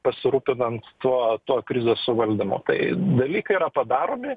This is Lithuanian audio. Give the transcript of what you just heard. pasirūpinant tuo tuo krizės suvaldymu tai dalykai yra padaromi